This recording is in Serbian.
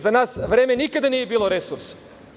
Za nas vreme nikada nije bilo resurs.